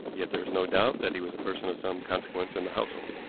yet there is no doubt that he was a person of some consequence in the household.